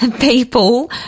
people